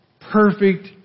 perfect